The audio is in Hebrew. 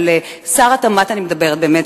שר התמ"ת באמת,